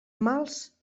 mals